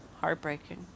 heartbreaking